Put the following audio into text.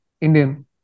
Indian